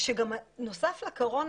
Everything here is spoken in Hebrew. שגם נוסף לקורונה,